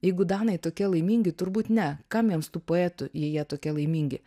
jeigu danai tokie laimingi turbūt ne kam jiems tų poetų jei jie tokie laimingi